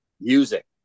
music